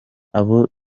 abo